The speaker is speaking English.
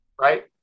right